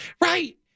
Right